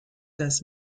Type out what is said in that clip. does